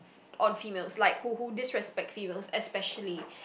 on females like who who disrespect female especially